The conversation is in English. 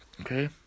Okay